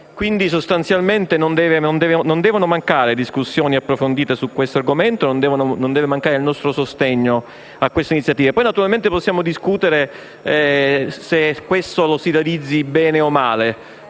Quindi, sostanzialmente, non devono mancare discussioni approfondite su questo argomento come non deve mancare il nostro sostegno a questa iniziativa. Poi, naturalmente, potremo discutere se questo obiettivo lo si realizzi bene o male